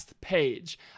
page